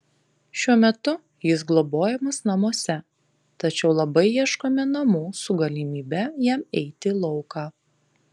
šiuo metu jis globojamas namuose tačiau labai ieškome namų su galimybe jam eiti į lauką